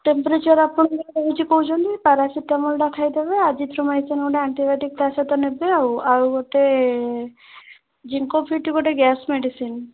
temperature ଆପଣଙ୍କର ରହୁଛି କହୁଚନ୍ତି ପାରାସିଟାମଲ୍ଟା ଖାଇଦେବେ ଆଜିଥ୍ରୋମାଇସିନ୍ ଗୋଟେ ଆଣ୍ଟିବାଓଟିକ୍ ତା ସହିତ ନେବେ ଆଉ ଆଉ ଗୋଟେ ଜିଙ୍କୋଭିଟ୍ ଗୋଟେ ଗ୍ୟାସ୍ ମେଡ଼ିସିନ୍